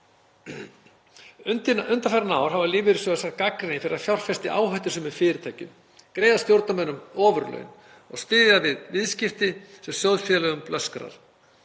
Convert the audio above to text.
Undanfarin ár hafa lífeyrissjóðir sætt gagnrýni fyrir að fjárfesta í áhættusömum fyrirtækjum, greiða stjórnarmönnum ofurlaun og styðja við viðskipti sem sjóðfélögum blöskrar.